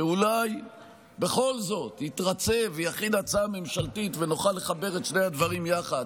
שאולי בכל זאת יתרצה ויכין הצעה ממשלתית ונוכל לחבר את שני הדברים יחד.